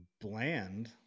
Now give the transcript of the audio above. bland